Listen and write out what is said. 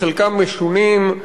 חלקם משונים,